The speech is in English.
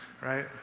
right